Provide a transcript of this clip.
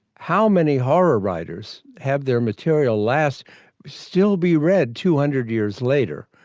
how many horror writers have their material last still be read two hundred years later.